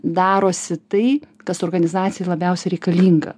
darosi tai kas organizacijai labiausiai reikalinga